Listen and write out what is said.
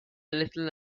little